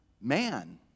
man